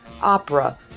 opera